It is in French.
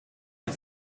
des